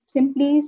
Simply